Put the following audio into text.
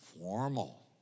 formal